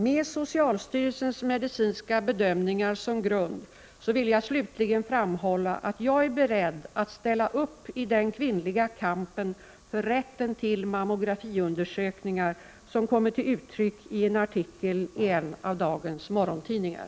Med socialstyrelsens medicinska bedömningar som grund vill jag slutligen framhålla att jag är beredd att ställa upp i den kvinnliga kampen för rätten till mammografiundersökningar som kommit till uttryck i en artikel i en av dagens morgontidningar.